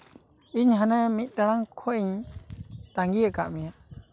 ᱤᱧ ᱦᱟᱱᱮ ᱢᱤᱫ ᱴᱟᱲᱟᱝ ᱠᱷᱚᱱᱤᱧ ᱛᱟᱸᱜᱤ ᱠᱟᱜ ᱢᱮᱭᱟ